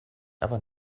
aber